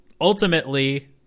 ultimately